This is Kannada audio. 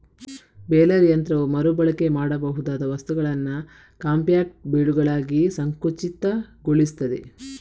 ಬೇಲರ್ ಯಂತ್ರವು ಮರು ಬಳಕೆ ಮಾಡಬಹುದಾದ ವಸ್ತುಗಳನ್ನ ಕಾಂಪ್ಯಾಕ್ಟ್ ಬೇಲುಗಳಾಗಿ ಸಂಕುಚಿತಗೊಳಿಸ್ತದೆ